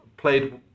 Played